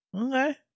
Okay